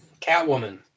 Catwoman